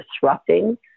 disrupting